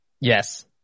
Yes